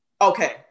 Okay